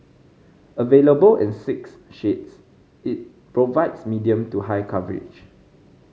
available in six shades it provides medium to high coverage